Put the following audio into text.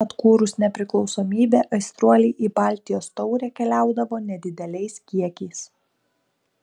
atkūrus nepriklausomybę aistruoliai į baltijos taurę keliaudavo nedideliais kiekiais